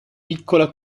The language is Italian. piccola